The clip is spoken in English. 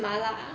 麻辣